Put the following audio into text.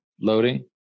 Loading